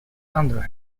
under